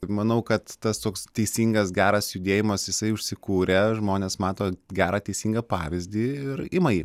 manau kad tas toks teisingas geras judėjimas jisai užsikūrė žmonės mato gerą teisingą pavyzdį ir ima jį